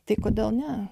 tai kodėl ne